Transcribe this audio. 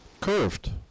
Curved